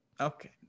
okay